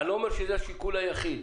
ואני לא אומר שזה השיקול היחיד.